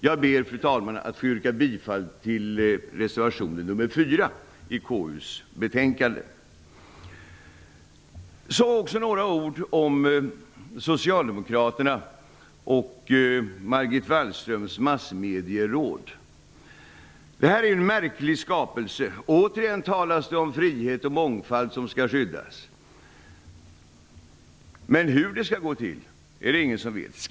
Jag ber, fru talman, att få yrka bifall till reservation nr 4 till Så också några ord om Socialdemokraterna och Margot Wallströms massmedieråd. Detta är en märklig skapelse. Återigen talas det om frihet och mångfald som skall skyddas. Men hur det skall gå till är det ingen som vet.